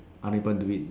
other people do it